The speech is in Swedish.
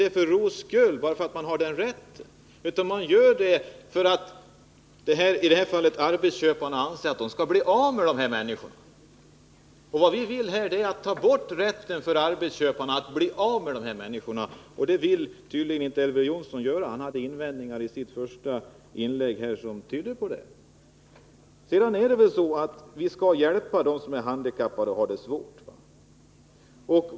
Det gör de väl inte för ro skull eller bara därför att de har den rätten, utan därför att de vill bli av med dem? Vad vi vill är att ta bort rätten för arbetsköparna att bli av med dessa människor. Men det vill tydligen inte Elver Jonsson göra. Han hade invändningar i sitt första inlägg som tydde på det. Vi skall väl hjälpa dem som är handikappade och har det svårt?